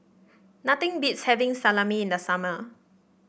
nothing beats having Salami in the summer